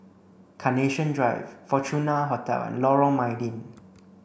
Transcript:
Carnation Drive Fortuna Hotel and Lorong Mydin